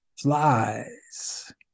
flies